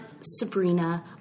Sabrina